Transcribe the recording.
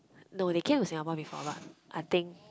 no they came to Singapore before lah I think